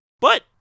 But-